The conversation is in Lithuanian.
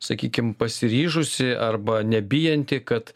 sakykim pasiryžusi arba nebijanti kad